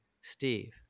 Steve